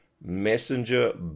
Messenger